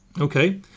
Okay